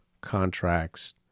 contracts